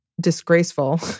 disgraceful